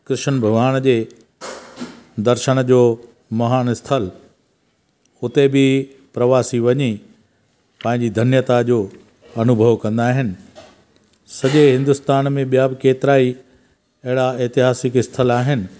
किशनु भॻवान जे दर्शन जो महानु स्थल उते बि प्रवासी वञी पंहिंजी धन्यता जो अनुभव कंदा आहिनि सॼे हिन्दुस्तान में ॿिया बि केतिरा ई अहिड़ा ऐतिहासिक स्थल आहिनि